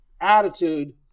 attitude